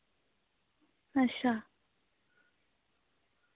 अच्छा